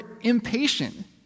impatient